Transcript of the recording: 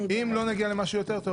אם לא נגיע למשהו יותר טוב,